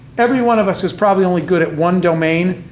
every one of us is probably only good at one domain,